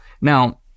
Now